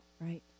Right